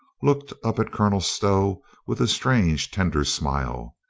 looked up at colonel stow with a strange, tender smile.